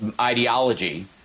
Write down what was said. ideology